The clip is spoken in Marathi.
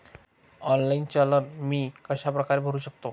ऑनलाईन चलन मी कशाप्रकारे भरु शकतो?